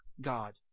God